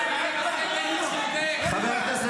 חברת הכנסת